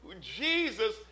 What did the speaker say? Jesus